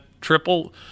triple